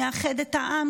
נאחד את העם.